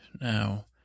Now